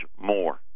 more